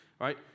Right